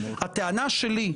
הטענה שלי,